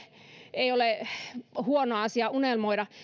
ei ole huono asia unelmoida